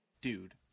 Dude